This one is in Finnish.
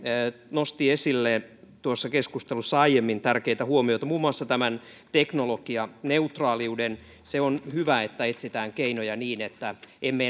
nosti esille aiemmin tuossa keskustelussa tärkeitä huomioita muun muassa tämän teknologianeutraaliuden se on hyvä että etsitään keinoja niin että emme